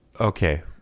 Okay